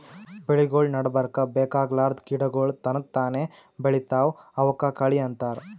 ಬೆಳಿಗೊಳ್ ನಡಬರ್ಕ್ ಬೇಕಾಗಲಾರ್ದ್ ಗಿಡಗೋಳ್ ತನಕ್ತಾನೇ ಬೆಳಿತಾವ್ ಅವಕ್ಕ ಕಳಿ ಅಂತಾರ